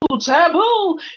taboo